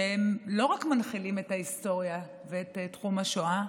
שלא רק מנחילים את ההיסטוריה ואת תחום השואה,